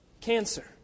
cancer